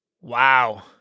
Wow